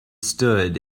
stood